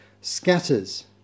scatters